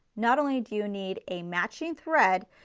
not only do you need a matching thread,